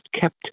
kept